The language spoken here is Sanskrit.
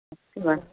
अस्ति वा